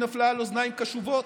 נפלה על אוזניים קשובות.